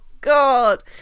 god